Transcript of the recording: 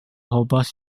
hobart